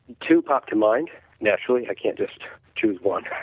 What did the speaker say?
two pop to mind naturally, i can't just choose one.